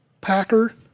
packer